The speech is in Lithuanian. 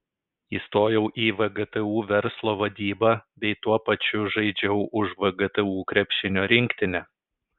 įstojau į vgtu verslo vadybą bei tuo pačiu žaidžiau už vgtu krepšinio rinktinę